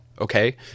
okay